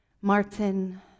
Martin